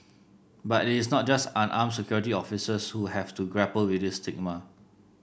but it is not just unarmed security officers who have to grapple with this stigma